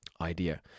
idea